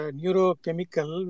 neurochemical